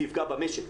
זה יפגע במשק,